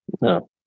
No